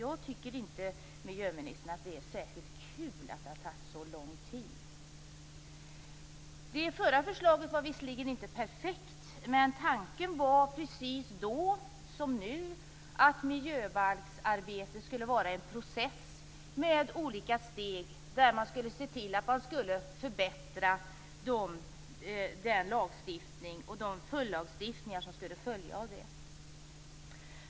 Jag tycker inte, miljöministern, att det är särskilt kul att det har tagit så lång tid. Det förra förslaget var visserligen inte perfekt, men tanken var då precis som nu att miljöbalksarbetet skulle vara en process med olika steg där man skulle se till att förbättra lagstiftningen och den följdlagstiftning som den skulle leda till.